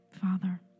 Father